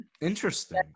interesting